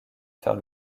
faire